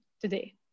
today